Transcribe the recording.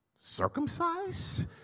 circumcised